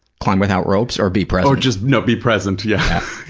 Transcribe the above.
climb without ropes or be present? or just, no, be present, yeah.